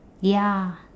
ya